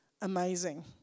Amazing